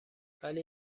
ولی